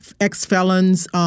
ex-felons